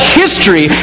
history